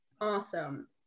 Awesome